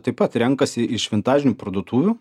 taip pat renkasi iš vintažinių parduotuvių